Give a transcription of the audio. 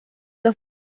dos